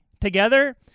together